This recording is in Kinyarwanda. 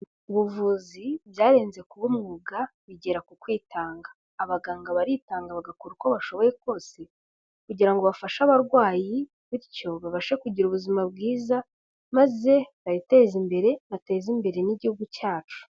Ubuvuzi byarenze kuba umwuga bigera ku kwitanga, abaganga baritanga bagakora uko bashoboye kose kugira ngo bafashe abarwayi, bityo babashe kugira ubuzima bwiza maze biteze imbere, bateze imbere n'Igihugu cyacu.